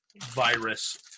virus